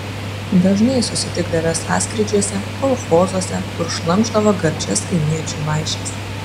dažnai susitikdavę sąskrydžiuose kolchozuose kur šlamšdavo gardžias kaimiečių vaišes